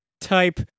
type